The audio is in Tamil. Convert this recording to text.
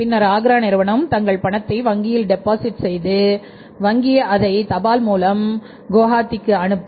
பின்னர் ஆக்ரா நிறுவனம் தங்கள் பணத்தை வங்கியில் டெபாசிட் செய்து வங்கி அதை தபால் மூலம் குவஹாத்திக்கு அனுப்பும்